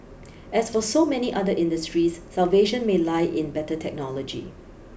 as for so many other industries salvation may lie in better technology